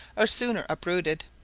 are sooner uprooted,